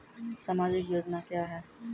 समाजिक योजना क्या हैं?